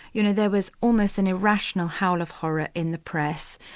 you know, there was almost an irrational howl of horror in the press.